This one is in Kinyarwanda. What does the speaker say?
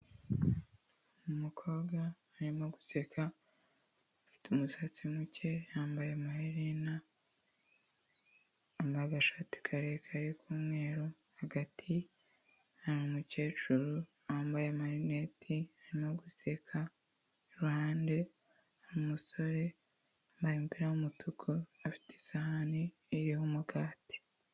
Umukobwa arimo guseka afite umusatsi muke, yambaye amaherena yambaye agashati karekare k'umweru, hagati hari umukecuru wambaye amarineti arimo guseka, iruhande hari umusore wambaye umupira w'umutuku afite isahani iriho umugati.